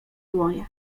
dłonie